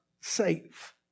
safe